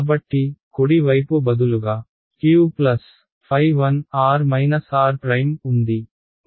కాబట్టి కుడి వైపు బదులుగా Qɸ1r r ఉంది